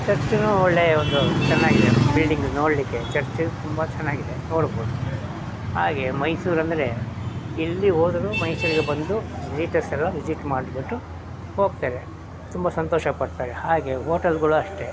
ಚರ್ಚನು ಒಳ್ಳೆಯ ಒಂದು ಚೆನ್ನಾಗಿದೆ ಬಿಲ್ಡಿಂಗ್ ನೋಡಲಿಕ್ಕೆ ಚರ್ಚ್ ತುಂಬ ಚೆನ್ನಾಗಿದೆ ನೋಡ್ಬೋದು ಹಾಗೆ ಮೈಸೂರೆಂದ್ರೆ ಎಲ್ಲಿ ಹೋದರು ಮೈಸೂರಿಗೆ ಬಂದು ವಿಸಿಟರ್ಸ್ ಎಲ್ಲ ವಿಸಿಟ್ ಮಾಡಿಬಿಟ್ಟು ಹೋಗ್ತಾರೆ ತುಂಬ ಸಂತೋಷಪಡ್ತಾರೆ ಹಾಗೆ ಹೋಟಲ್ಗಳು ಅಷ್ಟೇ